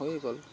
হৈ গ'ল